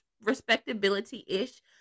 Respectability-ish